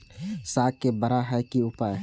साग के बड़ा है के उपाय?